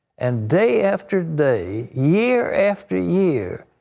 and day after day, year after year,